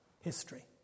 history